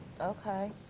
Okay